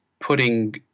putting